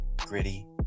gritty